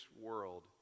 world